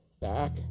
Back